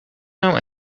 know